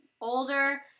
older